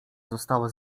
została